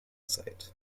site